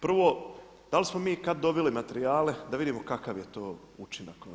Prvo, da li smo mi kada donijeli materijale da vidimo kakav je to učinak?